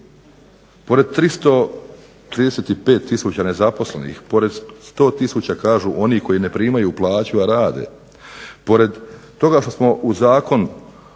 Pored 335 tisuća nezaposlenih, pored 100 tisuća kažu onih koji ne primaju plaću, a rade, pored toga što smo u Zakon